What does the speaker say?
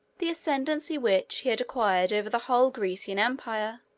the ascendency which he had acquired over the whole grecian empire,